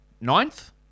ninth